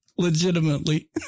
Legitimately